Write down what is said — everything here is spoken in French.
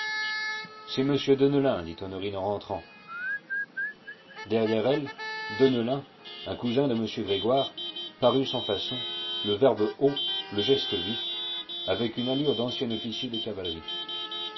c'est m deneulin dit honorine en rentrant derrière elle deneulin un cousin de m grégoire parut sans façon le verbe haut le geste vif avec une allure d'ancien officier de cavalerie